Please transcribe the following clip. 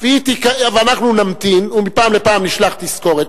ואנחנו נמתין ומפעם לפעם נשלח תזכורת,